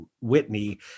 Whitney